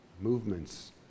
movements